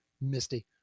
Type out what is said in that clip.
Misty